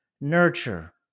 nurture